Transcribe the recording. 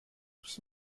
tous